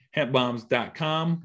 Hempbombs.com